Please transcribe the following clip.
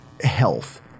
health